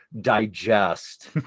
digest